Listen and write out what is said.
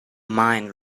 mind